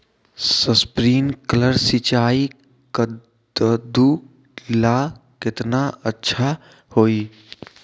Sprinkler सिंचाई कददु ला केतना अच्छा होई?